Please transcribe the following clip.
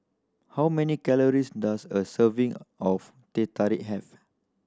how many calories does a serving of Teh Tarik have